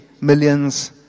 millions